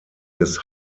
des